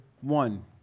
one